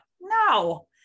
no